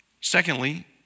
Secondly